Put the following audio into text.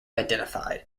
identified